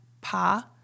pa